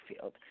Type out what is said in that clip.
field